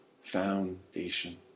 foundation